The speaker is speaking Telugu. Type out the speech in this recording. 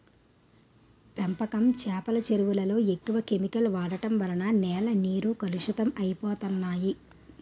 పెంపకం చేపల చెరువులలో ఎక్కువ కెమికల్ వాడడం వలన నేల నీరు కలుషితం అయిపోతన్నాయి